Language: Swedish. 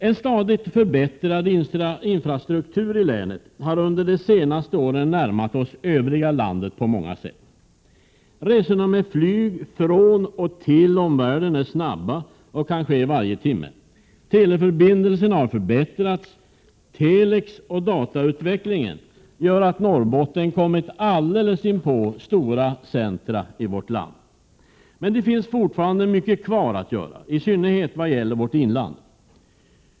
En stadigt förbättrad infrastruktur i länet har under de senaste åren på många sätt närmat oss till övriga landet. Resorna med flyg från och till omvärlden är snabba och kan ske varje timme. Teleförbindelserna har förbättrats. Telexoch datautvecklingen gör att Norrbotten kommit alldeles inpå stora centra i vårt land. Men det finns fortfarande mycket kvar att göra, i synnerhet vad gäller vårt inland.